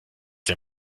der